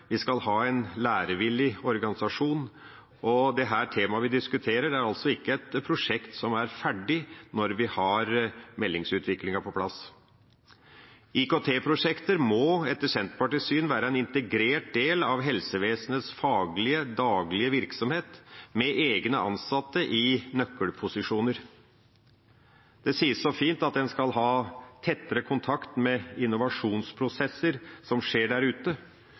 vi skal ha en lærevillig organisasjon, og temaet vi diskuterer, er altså ikke et prosjekt som er ferdig når vi har meldingsutviklinga på plass. IKT-prosjekter må etter Senterpartiets syn være en integrert del av helsevesenets faglige, daglige virksomhet, med egne ansatte i nøkkelposisjoner. Det sies så fint at en skal ha tettere kontakt med innovasjonsprosesser som skjer der ute.